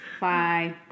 Bye